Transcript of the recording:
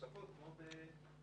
צמוד, כמו בשדרות.